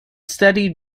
steady